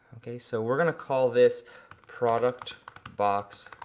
okay so we're gonna call this product box